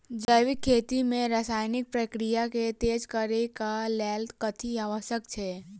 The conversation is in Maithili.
जैविक खेती मे रासायनिक प्रक्रिया केँ तेज करै केँ कऽ लेल कथी आवश्यक छै?